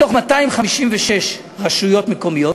מתוך 256 רשויות מקומיות,